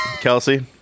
Kelsey